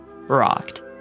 rocked